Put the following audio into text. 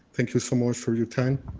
thank you so much for your time.